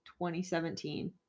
2017